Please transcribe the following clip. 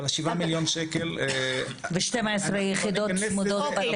אבל ה-7 מיליון ₪- ו-12 יחידות צמודות בתי משפט.